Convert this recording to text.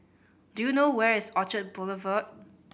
do you know where is Orchard Boulevard